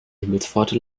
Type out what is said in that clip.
himmelspforte